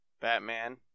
Batman